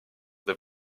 des